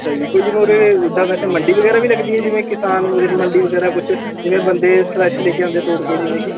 ਅੱਛਾ ਜੀ ਕੋਈ ਜਿਵੇਂ ਉਰੇ ਉੱਦਾਂ ਵੈਸੇ ਮੰਡੀ ਵਗੈਰਾ ਵੀ ਲੱਗਦੀ ਹੈ ਜਿਵੇਂ ਕਿਸਾਨ ਵ ਮੰਡੀ ਵਗੈਰਾ ਕੁਛ ਜਿਵੇਂ ਬੰਦੇ ਫਰੈਸ਼ ਲੈ ਕੇ ਆਉਂਦੇ ਤੋੜ ਕੇ ਜਿਵੇਂ ਕਿ